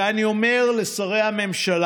ואני אומר לשרי הממשלה,